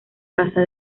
casa